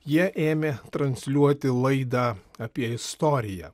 jie ėmė transliuoti laidą apie istoriją